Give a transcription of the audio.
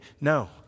no